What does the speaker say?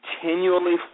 continually